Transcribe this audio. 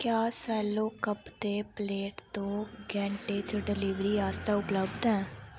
क्या सैलो कप्प ते प्लेट दो घैंटें च डिलीवरी आस्तै उपलब्ध ऐ